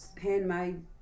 handmade